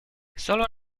solo